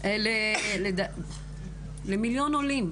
למיליון עולים.